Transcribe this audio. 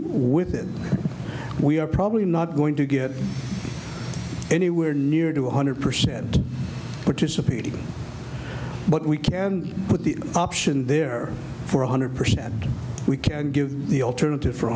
with it we are probably not going to get anywhere near to one hundred percent participating but we can put the option there for one hundred percent we can give the alternative for